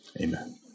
Amen